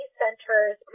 centers